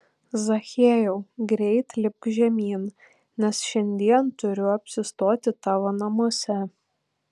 zachiejau greit lipk žemyn nes šiandien turiu apsistoti tavo namuose